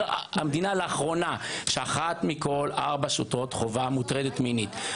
המדינה על כך שאחת מכל ארבע שוטרות חובה מוטרדת מינית.